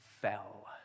fell